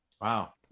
wow